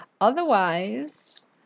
otherwise